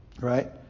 Right